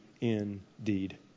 indeed